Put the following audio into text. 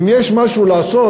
אם יש משהו לעשות,